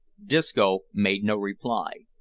disco made no reply.